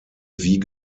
wie